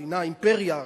אימפריה,